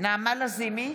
נעמה לזימי,